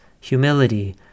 humility